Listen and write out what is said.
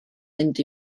mynd